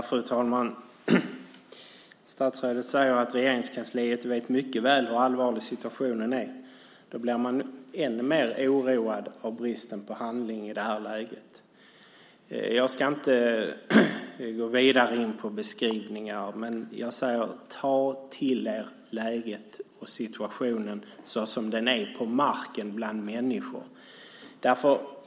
Fru talman! Statsrådet säger att Regeringskansliet mycket väl vet hur allvarlig situationen är. Då blir man ännu mer oroad över bristen på handling i det här läget. Jag ska inte gå närmare in på beskrivningar, men jag säger: Ta till er läget och situationen såsom den är på marken bland människor.